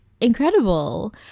incredible